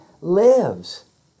lives